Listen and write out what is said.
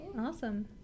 Awesome